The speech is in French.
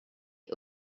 est